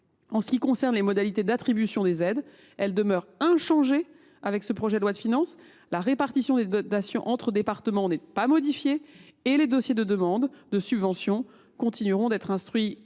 En ce qui concerne les modalités d’attribution des aides, elles demeurent inchangées dans cette loi de finances : la répartition des dotations entre départements n’est ainsi pas modifiée et les dossiers de demande de subvention continueront d’être instruits